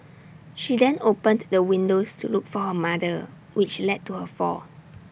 she then opened the windows to look for her mother which led to her fall